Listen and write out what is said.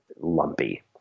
lumpy